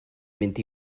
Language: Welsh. mynd